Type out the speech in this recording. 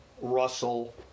Russell